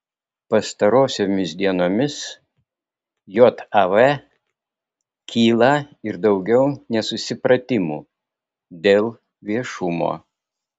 pastarosiomis dienomis jav kyla ir daugiau nesusipratimų dėl viešumo